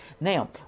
Now